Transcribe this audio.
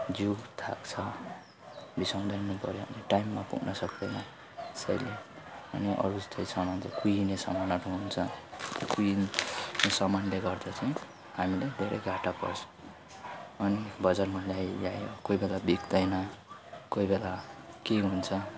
जिउ थाक्छ बिसाउँदै हिँड्नु पऱ्यो टाइममा पुग्न सक्दैन त्यसैले अनि अरू यस्तै सामानहरू कुहिने सामानहरू हुन्छ कुहिने सामानले गर्दा चाहिँ हामीलाई धेरै घाटा पर्छ अनि बजारमा ल्याए ल्यायो कोही बेला बिक्दैन कोही बेला के हुन्छ